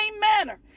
manner